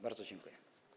Bardzo dziękuję.